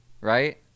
Right